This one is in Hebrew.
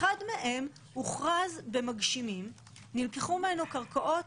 אחד מהם הוכרז במגשימים, נלקחו ממנו קרקעות